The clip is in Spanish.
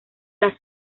las